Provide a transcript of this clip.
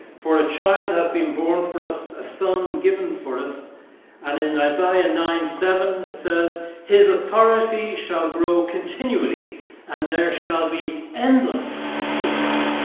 for a child has been born for us, a son given for us and in isaiah nine seven it says his authority shall grow continually and there shall be endless peace.